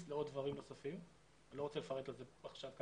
לעוד דברים נוספים ואני לא רוצה לפרט על זה עכשיו.